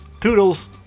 Toodles